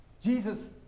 Jesus